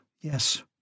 Yes